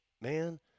man